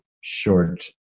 short